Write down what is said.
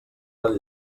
del